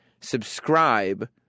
Subscribe